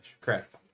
Correct